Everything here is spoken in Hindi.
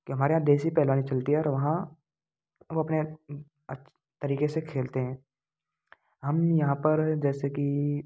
कि हमारे यहाँ देसी पहलवानी चलती है और वहाँ वह अपने तरीके से खेलते हैं हम यहाँ पर जैसे कि